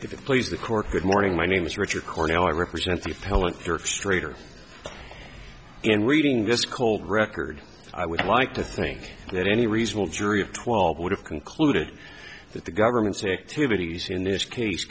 if it please the court good morning my name is richard cornell i represent the felon straighter and reading this cold record i would like to think that any reasonable jury of twelve would have concluded that the government's activities in this case